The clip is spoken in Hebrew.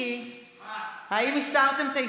האם הסרתם את ההסתייגויות?